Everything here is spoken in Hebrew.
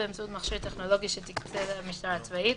באמצעות מכשיר טכנולוגי שתקצה המשטרה הצבאית,